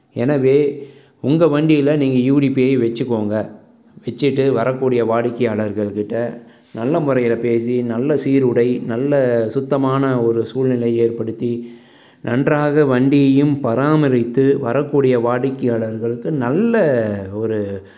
எனவே உங்க வண்டியில் நீங்கள் யூடிபிஐ வெச்சுக்கோங்க வெச்சுட்டு வரக்கூடிய வாடிக்கையாளர்கள்கிட்ட நல்ல முறையில் பேசி நல்ல சீருடை நல்ல சுத்தமான ஒரு சூழ்நிலை ஏற்படுத்தி நன்றாக வண்டியையும் பராமரித்து வரக்கூடிய வாடிக்கையாளர்களுக்கு நல்ல ஒரு